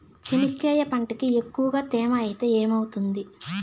చెనక్కాయ పంటకి ఎక్కువగా తేమ ఐతే ఏమవుతుంది?